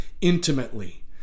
intimately